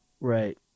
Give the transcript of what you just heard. Right